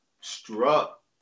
struck